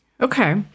okay